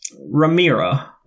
Ramira